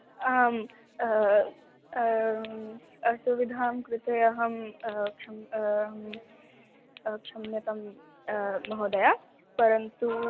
आम् असुविधायाः कृते अहं क्षं क्षम्यतां महोदय परन्तु